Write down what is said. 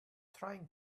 trying